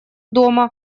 дома